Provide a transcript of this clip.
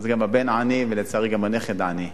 גם הבן עני, ולצערי, גם הנכד עני,